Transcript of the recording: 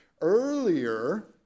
earlier